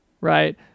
right